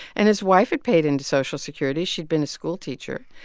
and his wife had paid into social security. she'd been a schoolteacher.